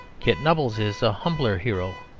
kit nubbles is a humbler hero,